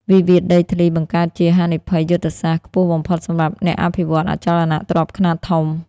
វិវាទដីធ្លីបង្កើតជា "ហានិភ័យយុទ្ធសាស្ត្រ" ខ្ពស់បំផុតសម្រាប់អ្នកអភិវឌ្ឍន៍អចលនទ្រព្យខ្នាតធំ។